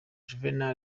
juvenal